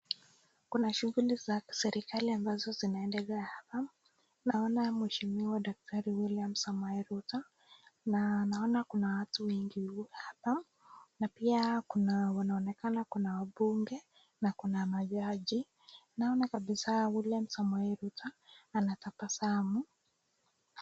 Kuna shuguli za serekali ambazo zinaendelea hapa, naona mweshimiwa dakitari William Samoi Ruto. Naona kuna watu wengi hapa, na pia kuna waonekana kuna wabunge, na kuna majaji naona kabisa William Samoi Ruto anatabasamu.